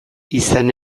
izan